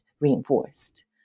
reinforced